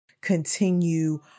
continue